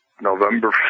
November